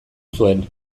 zuen